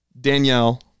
Danielle